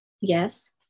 Yes